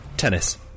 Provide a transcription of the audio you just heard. Tennis